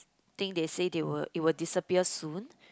think they say they will it will disappear soon